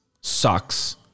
sucks